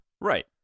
Right